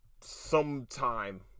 sometime